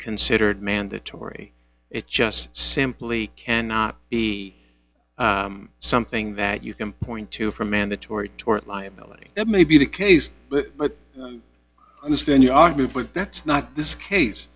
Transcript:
considered mandatory it just simply cannot be something that you can point to for mandatory tort liability that may be the case but i understand you argue but that's not this case